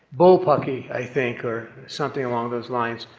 bull puckey, i think. or something along those lines.